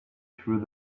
through